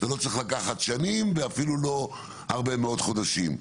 זה לא צריך לקחת שנים ואפילו לא הרבה מאוד חודשים.